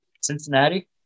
Cincinnati